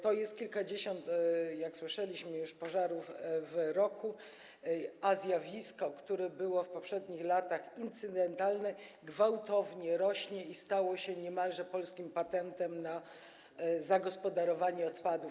To jest już kilkadziesiąt, jak słyszeliśmy, pożarów w roku, a zjawisko, które było w poprzednich latach incydentalne, gwałtownie się rozszerza i stało się niemalże polskim patentem na zagospodarowanie odpadów.